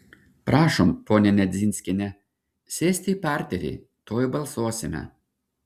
prašom ponia nedzinskiene sėsti į parterį tuoj balsuosime